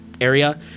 area